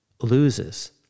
Loses